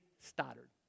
Stoddard